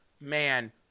man